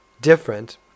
different